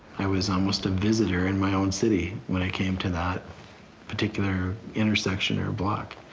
i was almost a visitor in my own city when it came to that particular intersection or block.